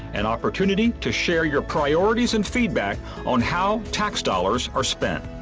an opportunity to share your priorities and feedback on how tax dollars are spent.